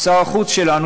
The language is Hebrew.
שר החוץ שלנו,